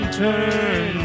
turn